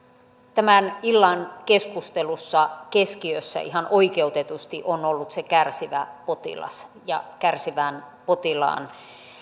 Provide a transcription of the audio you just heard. tämän illan keskustelussa keskiössä ihan oikeutetusti on ollut se kärsivä potilas ja kärsivän potilaan